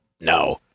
no